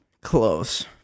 Close